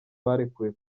barekuwe